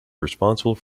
responsible